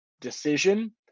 decision